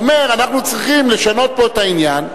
הוא אומר: אנחנו צריכים לשנות פה את העניין,